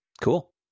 Cool